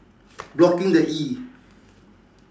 blocking the E